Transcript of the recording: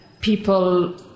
people